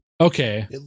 Okay